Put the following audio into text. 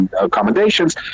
accommodations